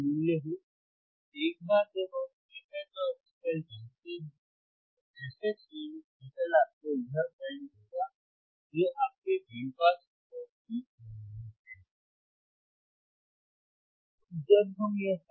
जो भी मूल्य हो एक बार जब आप fH और fL जानते हैं तो fH fL आपको यह बैंड देगा जो आपके बैंड पास फिल्टर की बैंडविड्थ है